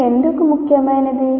ఇది ఎందుకు ముఖ్యమైనది